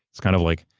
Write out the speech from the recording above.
it's kind of like,